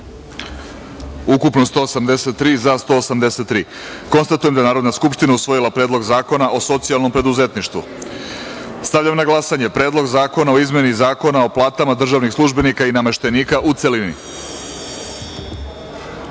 ukupno – 183, za – 183.Konstatujem da je Narodna skupština usvojila Predlog zakona o socijalnom preduzetništvu. Stavljam na glasanje Predlog zakona o izmeni Zakona o platama državnih službenika i nameštenika, u